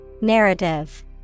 Narrative